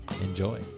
enjoy